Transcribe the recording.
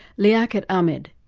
liaquat ahamed,